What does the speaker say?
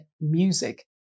music